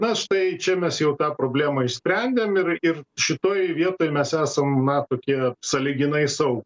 na štai čia mes jau tą problemą išsprendėm ir ir šitoj vietoj mes esam na tokie sąlyginai sau